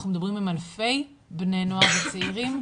אנחנו מדברים עם אלפי בני נוער וצעירים,